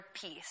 peace